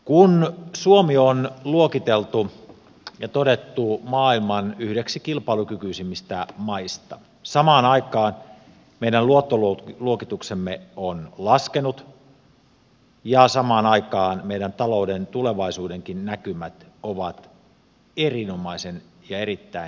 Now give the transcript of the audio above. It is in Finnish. kun suomi on luokiteltu ja todettu maailman yhdeksi kilpailukykyisimmistä maista samaan aikaan meidän luottoluokituksemme on laskenut ja samaan aikaan meidän talouden tulevaisuudenkin näkymät ovat erinomaisen ja erittäin synkät